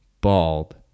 bald